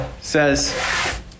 says